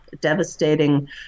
devastating